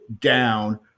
down